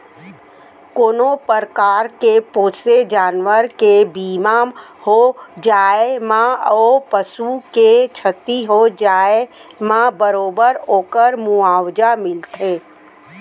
कोनों परकार के पोसे जानवर के बीमा हो जाए म ओ पसु के छति हो जाए म बरोबर ओकर मुवावजा मिलथे